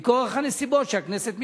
מכורח הנסיבות שהכנסת מתפזרת.